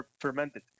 fermented